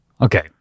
okay